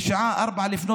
בשעה 04:00,